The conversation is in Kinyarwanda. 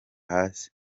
hasi